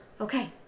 okay